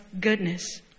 goodness